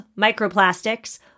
microplastics